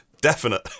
definite